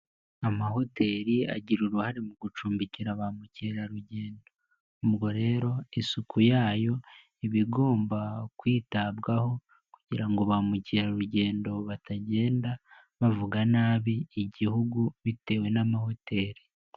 Amahoteli agira uruhare mu gucumbikira ba mukerarugendo, ubwo rero isuku yayo ibagomba kwitabwaho kugira ngo ba mukerarugendo batagenda bavuga nabi igihugu, bitewe n'amahoteli.